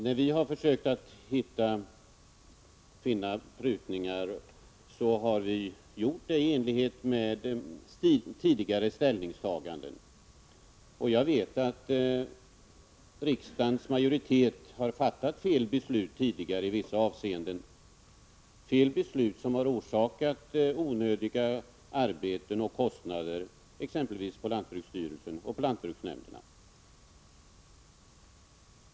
När vi har försökt finna möjligheter till prutningar har vi gjort det i enlighet med tidigare ställningstaganden. Jag vet att riksdagens majoritet tidigare har fattat felaktiga beslut i vissa avseenden, vilka har orsakat onödiga arbeten och kostnader, exempelvis inom lantbruksstyrelsen och lantbruksnämnderna.